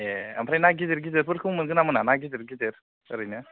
ए ओमफ्राय ना गिदिर गिदिरफोरखौ मोनगोन ना मोना गिदिर गिदिर ओरैनो